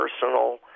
personal